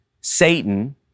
Satan